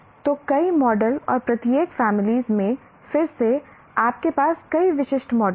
तो कई मॉडल और प्रत्येक फैमिली में फिर से आपके पास कई विशिष्ट मॉडल हैं